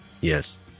yes